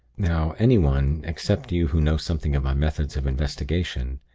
now, anyone, except you who know something of my methods of investigation,